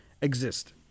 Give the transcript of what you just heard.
exist